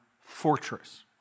fortress